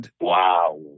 Wow